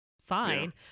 fine